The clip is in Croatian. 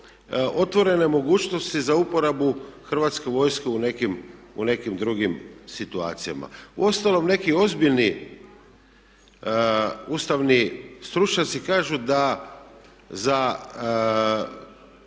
otvorene mogućnosti za uporabu Hrvatske vojske u nekim drugim situacijama. Uostalom neki ozbiljni ustavni stručnjaci kažu da za